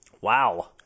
Wow